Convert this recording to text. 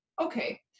okay